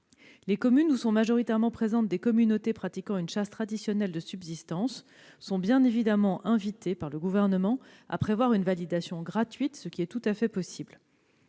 Les communes où sont majoritairement présentes des communautés pratiquant une chasse traditionnelle de subsistance sont bien évidemment invitées par le Gouvernement à prévoir une validation gratuite, ce qui est tout à fait possible.